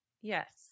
Yes